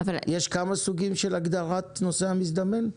יש כמה סוגים של הגדרת נוסע מזדמן?